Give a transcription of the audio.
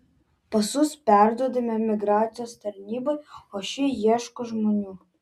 pasus perduodame migracijos tarnybai o ši ieško žmonių